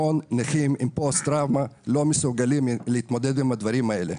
המון נכים עם פוסט טראומה לא מסוגלים להתמודד עם הדברים האלה.